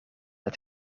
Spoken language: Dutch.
het